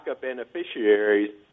beneficiaries